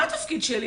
מה התפקיד שלי?